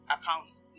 accounts